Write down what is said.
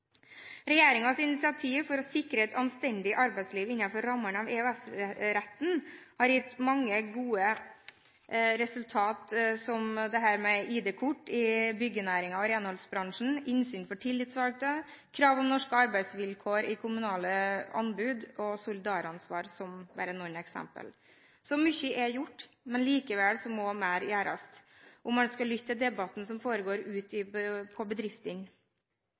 initiativ for å sikre et anstendig arbeidsliv innenfor rammene av EØS-retten har gitt mange gode resultater, som dette med ID-kort i byggenæringen og i renholdsbransjen, innsyn for tillitsvalgte, krav om norske arbeidsvilkår i kommunale anbud og solidaransvar – bare som noen eksempler. Så mye er gjort. Likevel må mer gjøres, om man skal lytte til debatten som foregår ute i bedriftene. Vi ser at noen arbeidsgivere er kreative i sine bestrebelser på